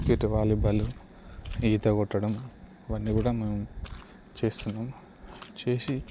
cricket volleyball ఈత కొట్టడం అవన్నీ కూడా మేము చేస్తున్నాం చేసి